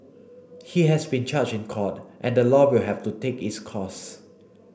he has been charged in court and the law will have to take its course